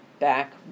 back